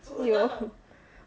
有